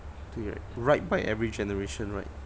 对 right by every generation right